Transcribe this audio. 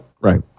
Right